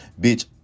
Bitch